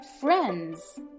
friends